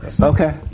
Okay